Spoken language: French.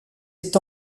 est